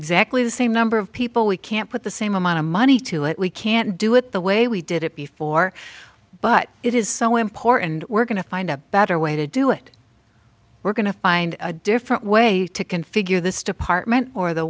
exactly the same number of people we can't put the same amount of money to it we can't do it the way we did it before but it is so important and we're going to find a better way to do it we're going to find a different way to configure this department or the